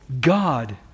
God